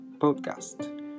podcast